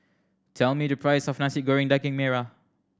tell me the price of Nasi Goreng Daging Merah